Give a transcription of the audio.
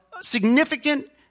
significant